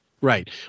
Right